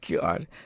God